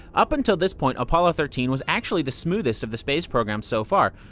up until this point apollo thirteen was actually the smoothest of the space programs so far.